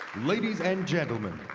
ladies and gentlemen,